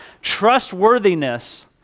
trustworthiness